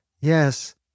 Yes